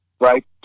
right